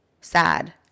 sad